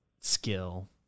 skill